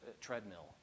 treadmill